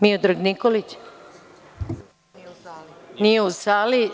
Miodrag Nikolić nije u sali.